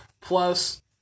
plus